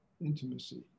intimacy